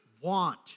want